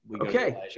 okay